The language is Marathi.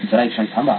जरा एक क्षण थांबा